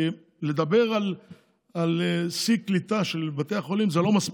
כי לדבר על שיא קליטה של בתי החולים זה לא מספיק,